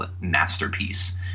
masterpiece